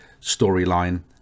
storyline